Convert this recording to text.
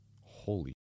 Holy